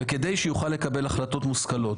וכדי שיוכל לקבל החלטות מושכלות.